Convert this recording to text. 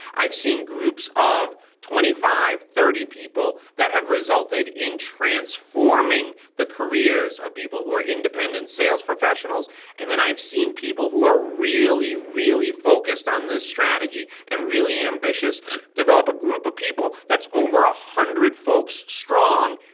i've seen groups of twenty five, thirty people that have resulted in transforming the careers of people who are independent sales professionals and then i've seen people who are really, really focused on this strategy and really ambitious develop a group of people that's over one ah hundred folks strong,